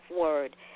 word